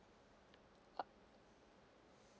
uh